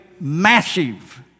massive